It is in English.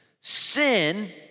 Sin